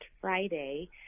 Friday